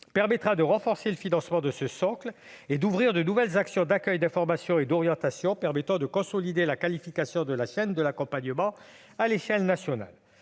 pour assurer le financement de ce socle et ouvrir de nouvelles actions d'accueil, d'information et d'orientation permettant de consolider la qualification de la chaîne de l'accompagnement à l'échelle nationale.